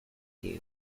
you